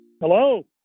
Hello